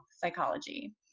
Psychology